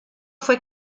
fue